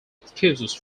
excuses